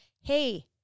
hey